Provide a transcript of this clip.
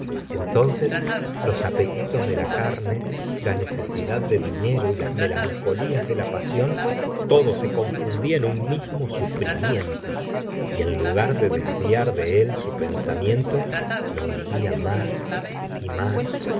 entonces los apetitos de la carne la necesidad de dinero y las melancolías de la pasión todo se confundía en un mismo sufrimiento y en lugar de desviar de él su pensamiento lo hundía más y más